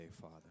Father